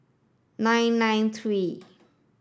nine nine three